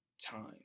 time